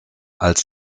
als